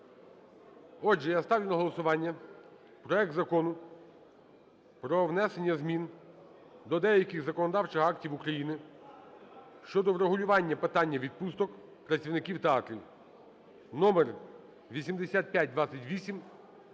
Отже, я ставлю на голосування проект Закону про внесення змін до деяких законодавчих актів України щодо врегулювання питання відпусток працівників театрів (№ 8528)